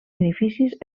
edificis